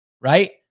right